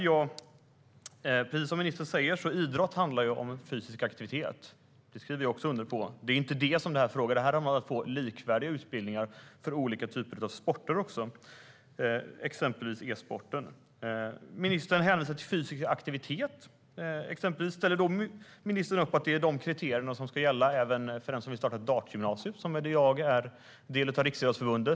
Precis som ministern säger handlar idrott om fysisk aktivitet. Det skriver jag under på. Det är inte det frågan gäller. Här handlar det om likvärdiga utbildningar för olika typer av sporter, bland annat e-sporten. Ministern hänvisar till fysisk aktivitet. Ställer ministern då upp på att de kriterierna också ska gälla för den som vill starta ett dartgymnasium, som i dag är en del av Riksidrottsförbundet?